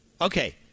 Okay